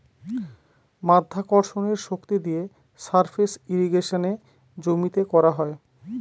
মাধ্যাকর্ষণের শক্তি দিয়ে সারফেস ইর্রিগেশনে জমিতে করা হয়